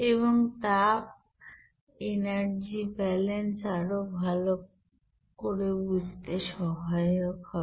এবং তাপ energy balance আরো ভালো করে বুঝতে সহায়ক হবে